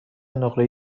نقره